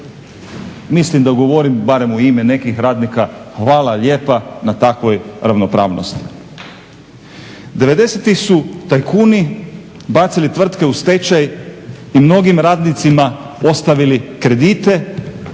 Mislim da govorim barem u ime nekih radnika, hvala lijepo na takvoj ravnopravnosti. Devedesetih su tajkuni bacili tvrtke u stečaj i mnogim radnicima ostavili kredite